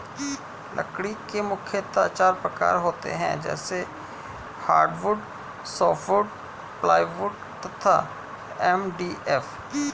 लकड़ी के मुख्यतः चार प्रकार होते हैं जैसे हार्डवुड, सॉफ्टवुड, प्लाईवुड तथा एम.डी.एफ